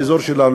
לפחות באזור שלה,